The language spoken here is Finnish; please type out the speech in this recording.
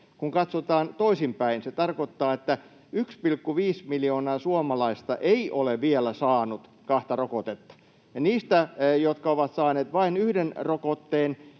Kun katsotaan toisin päin, se tarkoittaa, että 1,5 miljoonaa suomalaista ei ole vielä saanut kahta rokotetta. Ja niiden joukossa, jotka ovat saaneet vain yhden rokotteen,